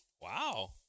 Wow